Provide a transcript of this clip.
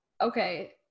Okay